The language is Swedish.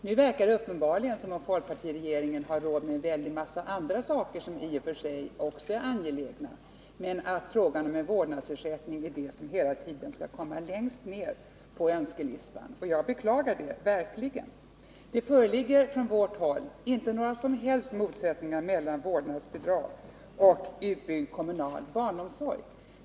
Nu verkar det som om folkpartiregeringen har råd med en väldig massa andra saker, som i och för sig också är angelägna, men uppenbarligen skall frågan om vårdnadsersättning hela tiden komma längst ned på önskelistan. Jag beklagar det verkligen. Det föreligger från vårt håll ingen som helst motsättning mellan vårdnadsbidrag och utbyggnad av den kommunala omsorgen.